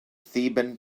theban